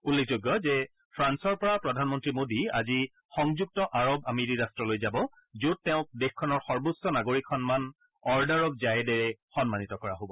উল্লেখযোগ্য যে ফ্ৰান্সৰ পৰা প্ৰধানমন্ত্ৰী মোদীয়ে আজি সংযুক্ত আৰব আমিৰি ৰট্টলৈ যাব যত তেওঁক দেশখনৰ সৰ্বোচ্চ নাগৰিক সন্মান অৰ্ডাৰ অৱ জায়েদে ৰে সন্মানিত কৰা হব